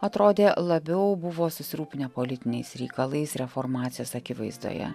atrodė labiau buvo susirūpinę politiniais reikalais reformacijos akivaizdoje